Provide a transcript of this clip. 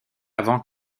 avant